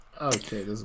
Okay